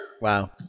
Wow